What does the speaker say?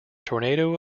tornado